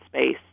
space